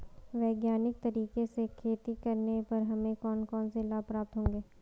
वैज्ञानिक तरीके से खेती करने पर हमें कौन कौन से लाभ प्राप्त होंगे?